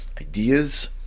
ideas